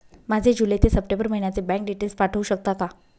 माझे जुलै ते सप्टेंबर महिन्याचे बँक डिटेल्स पाठवू शकता का?